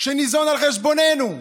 שניזון על חשבוננו?